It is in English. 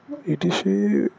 E T C